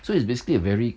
so it's basically a very